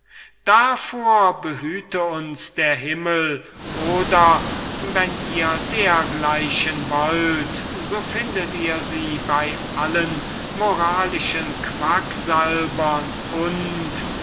dafür behüte uns der himmel oder wenn ihr dergleichen wollt so findet ihr sie bei allen moralischen quacksalbern und in